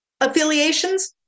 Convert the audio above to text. affiliations